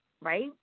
right